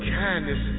kindness